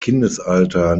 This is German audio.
kindesalter